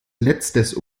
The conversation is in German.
letztes